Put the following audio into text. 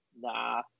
Nah